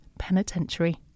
penitentiary